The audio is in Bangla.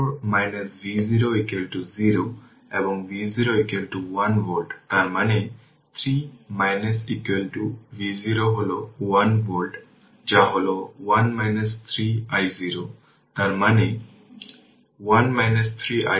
আমরা এই স্টেপ ফাংশনটি সমাধান করি এই u t i 3 t i 3 এর জন্য এটি 0 এবং t i 3 এর জন্য এটি 1